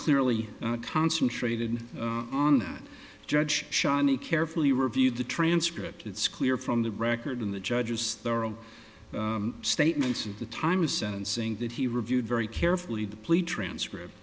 clearly concentrated on that judge shiney carefully reviewed the transcript it's clear from the record in the judge's thorough statements of the time of sentencing that he reviewed very carefully the pleat transcript